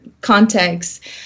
context